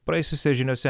praėjusiose žiniose